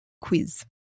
quiz